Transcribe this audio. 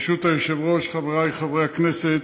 ברשות היושב-ראש, חברי חברי הכנסת,